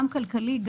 גם כלכלי,